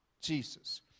Jesus